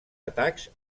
atacs